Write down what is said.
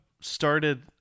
started